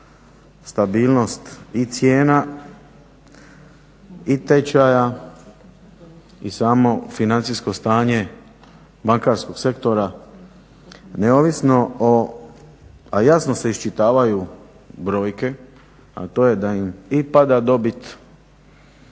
stabilnost i cijena i tečaja i samo financijsko stanje bankarskog sektora neovisno o, a jasno se iščitavaju brojke a to je da im i pada dobit